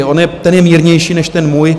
On je tedy mírnější než ten můj.